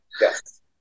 Yes